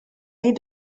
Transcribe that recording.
ond